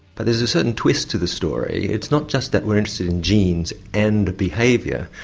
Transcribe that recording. but there's a certain twist to the story. it's not just that we're interested in genes and behaviour,